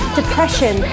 depression